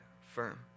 firm